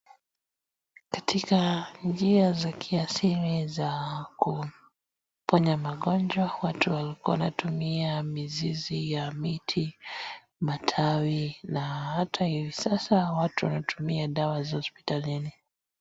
Katika njia za kiasili za kuponya magonjwa watu walikua wanatumia mizizi ya miti matawi na hata hivi sasa watu wanatumia dawa za hospitalini.